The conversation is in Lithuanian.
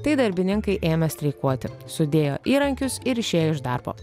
tai darbininkai ėmė streikuoti sudėjo įrankius ir išėjo iš darbo